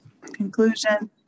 Conclusion